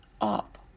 up